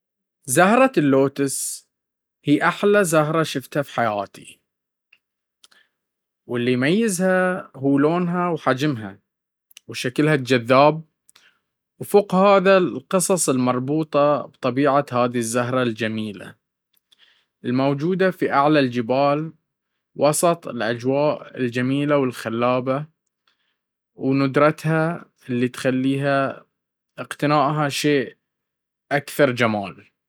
زهرة اللوتس هي احلى زهرة شفتها في حياتي واللي يميزها هو لونها وحجمها وشكلها الجذاب وفوق هذا القصص المربوطة بطبيعة هذا الزهرة الجميلة الموجودة في اعلى الجبال ووسط الأجواء الجميلة والخلابة وندرتها اللي تخليها اقتنائها شيء أكثر جمال.